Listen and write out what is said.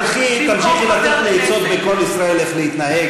תלכי ותמשיכי לתת לי עצות ב"קול ישראל" איך להתנהג,